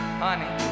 honey